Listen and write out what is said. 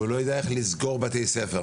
והוא לא יודע איך לסגור בתי ספר.